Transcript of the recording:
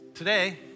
Today